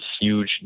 huge